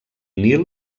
nil